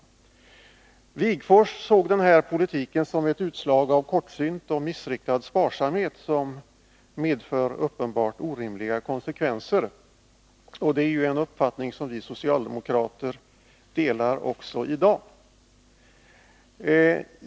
Wigforss såg denna politik som ett utslag av kortsynt och missriktad sparsamhet, som medförde uppenbart orimliga konsekvenser. Det är en uppfattning som vi socialdemokrater delar också i dag.